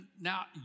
Now